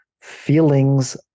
feelings